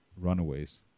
runaways